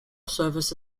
service